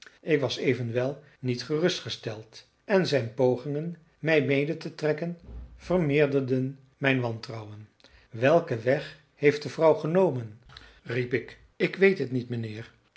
ik was evenwel niet gerustgesteld en zijn pogingen mij mede te trekken vermeerderden mijn wantrouwen welken weg heeft de vrouw genomen riep ik ik weet het niet mijnheer